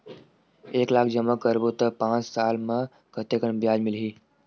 एक लाख जमा करबो त पांच साल म कतेकन ब्याज मिलही?